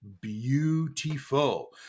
beautiful